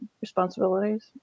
responsibilities